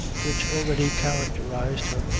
which already characterized her,